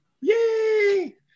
yay